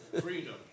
Freedom